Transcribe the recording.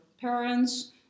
parents